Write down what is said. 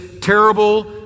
terrible